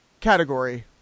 category